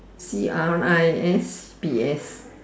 C R I S P S